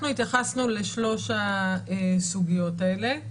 אנחנו התייחסנו לשלוש הסוגיות האלה.